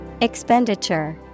Expenditure